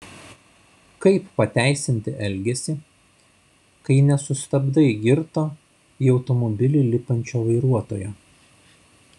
kaip pateisinti elgesį kai nesustabdai girto į automobilį lipančio vairuotojo